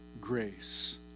grace